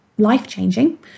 life-changing